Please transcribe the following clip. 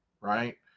right